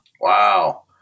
Wow